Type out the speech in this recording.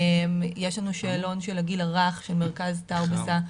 יש לנו שאלון של הגיל הרך שמרכז טאוב עשה,